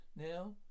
Now